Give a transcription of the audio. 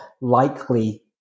likely